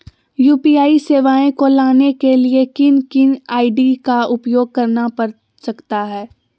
UPI सेवाएं को लाने के लिए किन किन आई.डी का उपयोग करना पड़ सकता है?